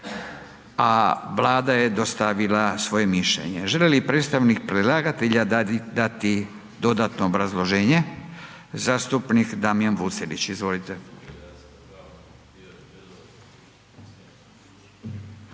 a Vlada je dostavila svoje mišljenje. Želi li predstavnik predlagatelja dati dodatno obrazloženje? Zastupnik Damjan Vucelić, izvolite.